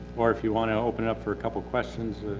or if you want to open it up for a couple questions.